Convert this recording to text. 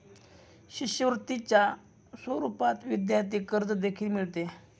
शिष्यवृत्तीच्या स्वरूपात विद्यार्थी कर्ज देखील मिळते